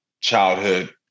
childhood